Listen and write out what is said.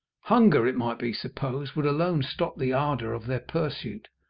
hunger, it might be supposed, would alone stop the ardour of their pursuit,